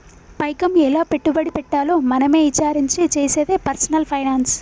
పైకం ఎలా పెట్టుబడి పెట్టాలో మనమే ఇచారించి చేసేదే పర్సనల్ ఫైనాన్స్